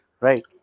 Right